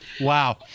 Wow